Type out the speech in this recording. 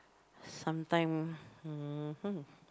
sometime mmhmm